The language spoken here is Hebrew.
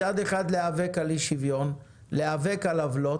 מצד אחד, להיאבק על אי שוויון, להיאבק על עוולות,